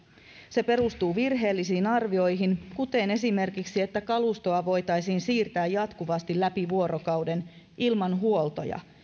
se perustuu virheellisiin arvioihin kuten esimerkiksi siihen että kalustoa voitaisiin siirtää jatkuvasti läpi vuorokauden ilman huoltoja